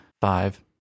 five